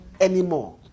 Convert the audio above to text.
anymore